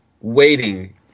waiting